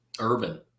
Urban